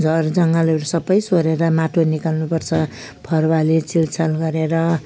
झारजङ्गलहरू सबै सोहोरेर माटो निकाल्नुपर्छ फरुवाले छिल्छाल गरेर